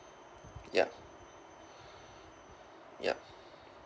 ya ya